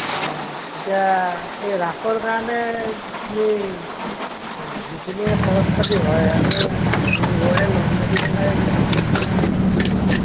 অঁ এতিয়া এই ৰাসৰ কাৰণে যি যিখিনি খৰচ পাতি হয় আমি দুয়ো ঘৰে লগ লাগি পেলাই লগ লাগি কৰি দিম আৰু কি